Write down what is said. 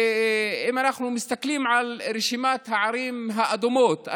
אם אנחנו מסתכלים על רשימת הערים האדומות,